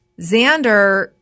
Xander